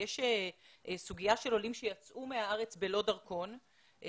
יש סוגיה של עולים שיצאו מהארץ בלא דרכון,